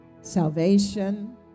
salvation